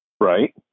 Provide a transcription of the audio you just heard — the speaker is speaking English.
Right